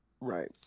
Right